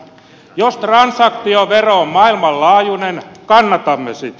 jos transaktiovero on maailmanlaajuinen kannatamme sitä